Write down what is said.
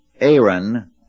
Aaron